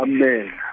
Amen